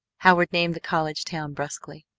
howard named the college town brusquely.